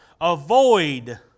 Avoid